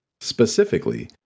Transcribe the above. specifically